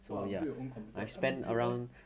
!wah! build your own computer help me build leh